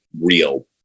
real